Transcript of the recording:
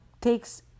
takes